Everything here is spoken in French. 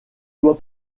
doit